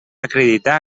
acreditar